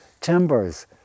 timbers